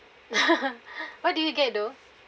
what do you get though